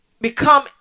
become